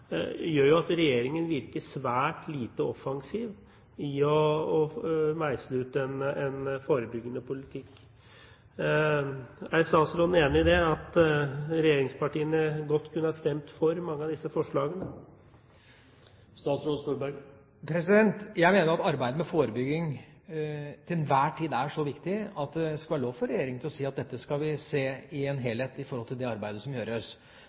gjør at regjeringen virker svært lite offensiv i å meisle ut en forebyggende politikk. Er statsråden enig i at regjeringspartiene godt kunne ha stemt for mange av disse forslagene? Jeg mener at arbeidet med forebygging til enhver tid er så viktig at det skal være lov for regjeringa å si at dette skal vi se i en helhet i forhold til det arbeidet som gjøres.